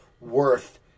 worth